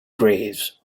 graves